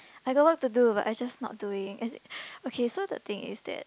I got work to do but I just not doing as in so the thing is that